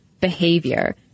behavior